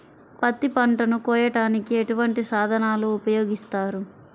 పత్తి పంటను కోయటానికి ఎటువంటి సాధనలు ఉపయోగిస్తారు?